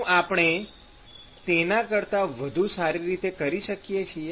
શું આપણે તેના કરતાં વધુ સારી રીતે કરી શકીએ